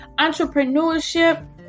entrepreneurship